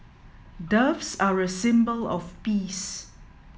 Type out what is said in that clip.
doves are a symbol of peace